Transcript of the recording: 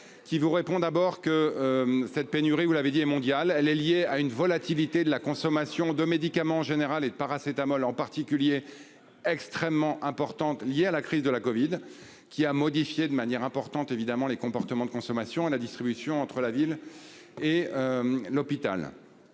Qui vous répond d'abord que. Cette pénurie. Vous l'avez dit et mondiale, elle est liée à une volatilité de la consommation de médicaments en général et de paracétamol en particulier. Extrêmement importantes liées à la crise de la Covid qui a modifié de manière importante évidemment les comportements de consommation à la distribution entre la ville et. L'hôpital.